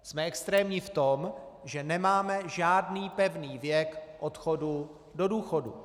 Jsme extrémní v tom, že nemáme žádný pevný věk odchodu do důchodu.